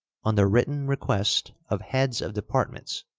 on the written request of heads of departments,